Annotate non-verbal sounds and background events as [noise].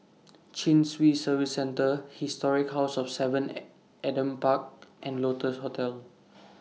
Chin Swee Service Centre Historic House of seven At Adam Park and Lotus Hostel [noise]